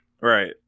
Right